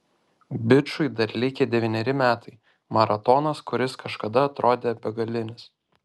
bičui dar likę devyneri metai maratonas kuris kažkada atrodė begalinis